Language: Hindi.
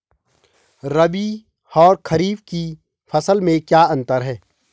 रबी और खरीफ की फसल में क्या अंतर है?